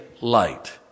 light